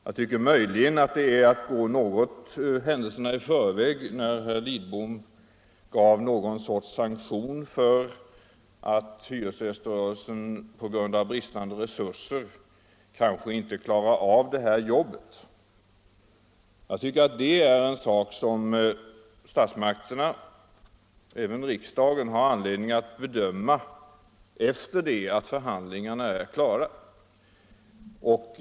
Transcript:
Jag tycker möjligen att det var att något gå händelserna i förväg när herr Lidbom gav någon sorts sanktion för att hyresgäströrelsen på grund av bristande resurser kanske inte skulle kunna klara av det här jobbet. Det är något som statsmakterna, även riksdagen, har anledning att bedöma efter det att förhandlingarna är klara.